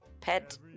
pet